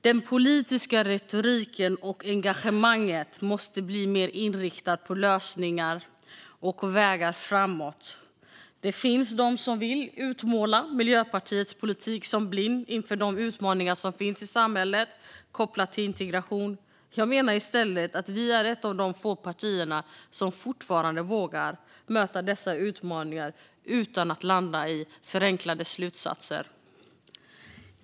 Den politiska retoriken och engagemanget måste bli mer inriktade på att hitta lösningar och vägar framåt. Det finns de som vill utmåla Miljöpartiets politik som blind inför de utmaningar som finns i samhället kopplat till integration. Jag menar i stället att vi är ett av de få partier som fortfarande vågar möta dessa utmaningar utan att landa i förenklade slutsatser.